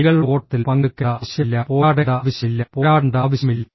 എലികളുടെ ഓട്ടത്തിൽ പങ്കെടുക്കേണ്ട ആവശ്യമില്ല പോരാടേണ്ട ആവശ്യമില്ല പോരാടേണ്ട ആവശ്യമില്ല